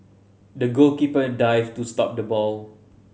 the goalkeeper dived to stop the ball